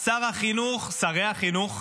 שרי החינוך,